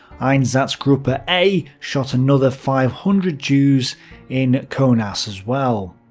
einsatzgruppe a shot another five hundred jews in kaunas as well.